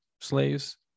slaves